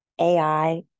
AI